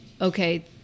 okay